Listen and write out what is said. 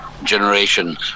Generation